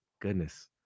goodness